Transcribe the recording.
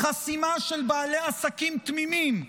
חסימה של בעלי עסקים תמימים,